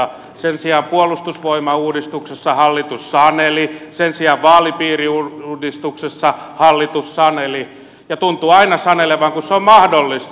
sen sijaan puolustusvoimauudistuksessa hallitus saneli sen sijaan vaalipiiriuudistuksessa hallitus saneli ja tuntuu sanelevan aina kun se on mahdollista